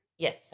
Yes